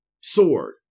sword